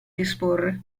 disporre